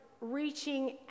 reaching